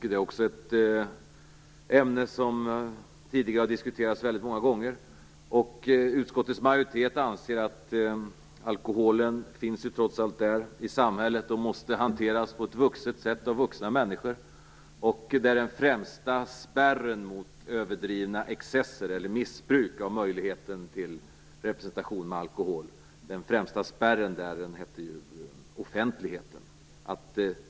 Det är också ett ämne som tidigare har diskuterats väldigt många gånger. Utskottets majoritet anser att eftersom alkohol trots allt finns i samhället måste den hanteras på ett vuxet sätt av vuxna människor. Den främsta spärren mot överdrivna excesser eller mot missbruk av möjligheten till representation med alkohol är offentligheten.